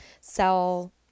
sell